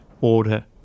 order